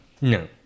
no